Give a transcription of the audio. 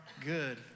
good